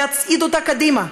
להצעיד אותה קדימה,